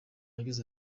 yagize